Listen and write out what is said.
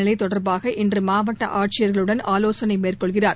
நிலை தொடர்பாக இன்று மாவட்ட ஆட்சியர்களுடன் ஆலோசனை மேற்கொள்கிறார்